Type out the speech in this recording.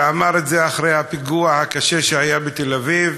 ואמר את זה אחרי הפיגוע הקשה שהיה בתל-אביב,